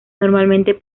normalmente